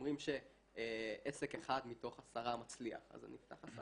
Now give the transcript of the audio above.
אומרים שעסק אחד מתוך 10 מצליח, אז אני אפתח 10